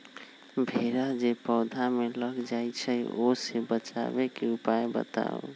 भेरा जे पौधा में लग जाइछई ओ से बचाबे के उपाय बताऊँ?